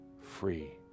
free